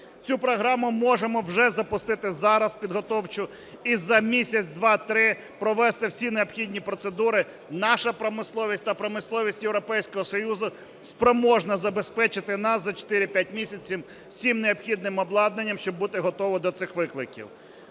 Цю програму можемо вже запустити зараз, підготовчу, і за місяць, два, три провести всі необхідні процедури. Наша промисловість та промисловість Європейського Союзу спроможна забезпечити нас за 4-5 місяців всім необхідним обладнанням, щоб бути готовими до цих викликів.